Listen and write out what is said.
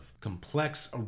complex